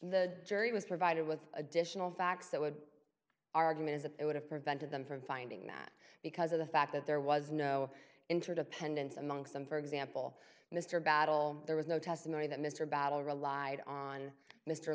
the jury was provided with additional facts that would argument is that it would have prevented them from finding that because of the fact that there was no interdependence amongst them for example mr battle there was no testimony that mr battle relied on mr